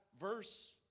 verse